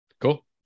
Cool